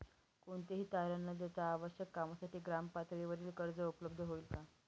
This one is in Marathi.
कोणतेही तारण न देता आवश्यक कामासाठी ग्रामपातळीवर कर्ज उपलब्ध होईल का?